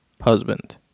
husband